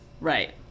Right